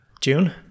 June